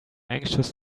anxious